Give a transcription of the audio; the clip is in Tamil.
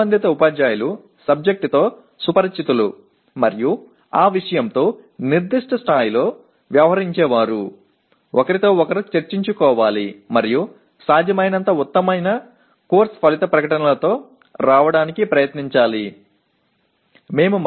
சம்பந்தப்பட்ட ஆசிரியர்கள் அந்த விஷயத்தை நன்கு அறிந்தவர்களாகவும் அந்த குறிப்பிட்ட விஷயத்தில் அந்த விஷயத்தை கையாள்வதிலும் ஒருவருக்கொருவர் கலந்துரையாட வேண்டும் மேலும் சிறந்த விளைவு அறிக்கைகளுடன் வர முயற்சிக்க வேண்டும்